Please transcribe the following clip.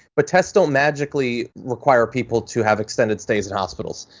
but tests don't magically require people to have extended stays in hospitals.